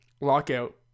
lockout